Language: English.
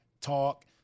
talk